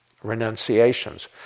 renunciations